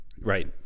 Right